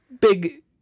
big